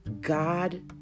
God